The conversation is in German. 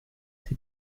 die